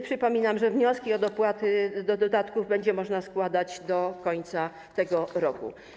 Przypominam, że wnioski o dopłaty do dodatków będzie można składać do końca tego roku.